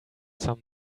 some